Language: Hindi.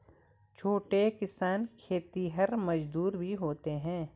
छोटे किसान खेतिहर मजदूर भी होते हैं